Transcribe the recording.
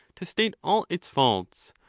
to state all its faults,